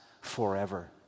forever